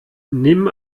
nimm